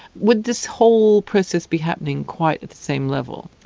would this whole process be happening quite at the same level?